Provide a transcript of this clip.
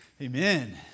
Amen